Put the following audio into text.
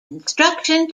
instruction